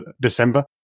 December